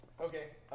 Okay